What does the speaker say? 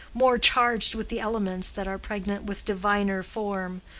more charged with the elements that are pregnant with diviner form.